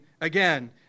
again